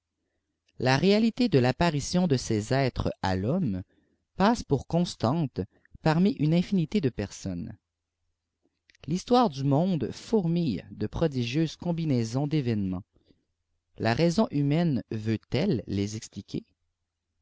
la réalité de l'apparition de ces êtres à l'homme passe pour eonstantearmi une infinité de personnes l'histoire du monde fourmille de prodigieuses combinaisons dnàvénements la raison humaine veut-elle les expliquer